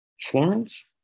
Florence